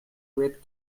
red